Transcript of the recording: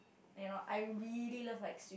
you know I really love like sus~